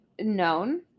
known